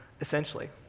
essentially